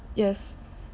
yes